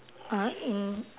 uh in